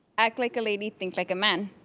act like a lady, think like a man.